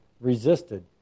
resisted